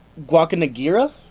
Guacanagira